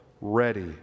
ready